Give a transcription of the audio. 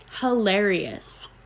Hilarious